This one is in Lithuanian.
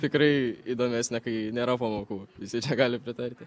tikrai įdomesnė kai nėra pamokų visi čia gali pritarti